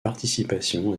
participation